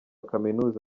kaminuza